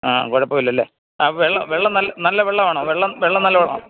ആ കുഴപ്പമില്ല അല്ലേ ആ വെള്ളം വെള്ളം നല്ല നല്ല വെള്ളമാണോ വെള്ളം വെള്ളം നല്ലതാണോ